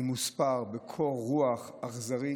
ממוספר בקור רוח אכזרי,